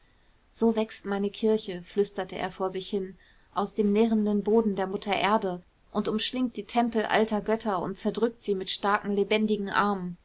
so wächst meine kirche flüsterte er vor sich hin aus dem nährenden boden der mutter erde und umschlingt die tempel alter götter und zerdrückt sie mit starken lebendigen armen